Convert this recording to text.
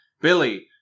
Billy